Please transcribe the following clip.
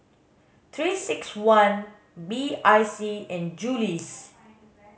three six one B I C and Julie's